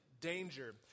danger